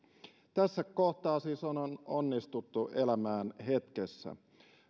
tässä kohtaa siis on on onnistuttu elämään hetkessä